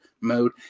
mode